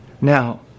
Now